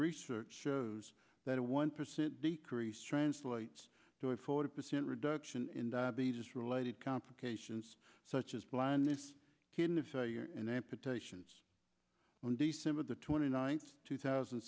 research shows that a one percent decrease translates to a forty percent reduction in diabetes related complications such as blindness kidney failure and amputations on december the twenty ninth two thousand